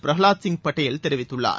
பிரஹலாத் சிங் பட்டேல் தெரிவித்துள்ளார்